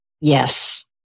yes